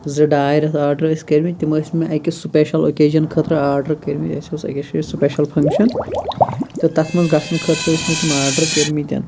زٕ ڈاے ریٚتھ آرڈَر ٲسۍ کٔرمٕتۍ تِم ٲسۍ مےٚ اکہِ سُپیشَل اوٚکیجن خٲطرٕ آرڈَر کٔرمٕتۍ اَسہِ اوس أکِس جاے سُپیشَل فَنٛکشَن تہٕ تَتھ مَنٛز گَژھنہٕ خٲطرٕ ٲسۍ مےٚ تِم آرڈَر کٔرمٕتۍ